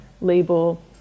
label